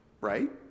Right